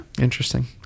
Interesting